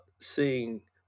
seeing